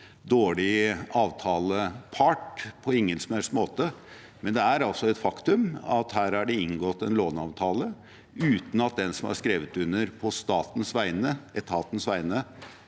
dårlig avtalepart, på ingen som helst måte, men det er et faktum at det her er inngått en låneavtale uten at den som har skrevet under på etatens vegne,